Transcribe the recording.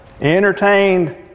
entertained